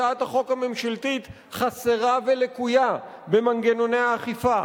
הצעת החוק הממשלתית חסרה ולקויה במנגנוני האכיפה.